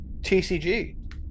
tcg